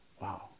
Wow